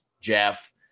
Jeff